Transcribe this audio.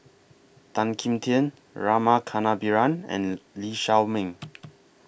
Tan Kim Tian Rama Kannabiran and Lee Shao Meng